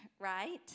right